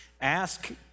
ask